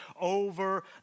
over